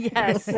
Yes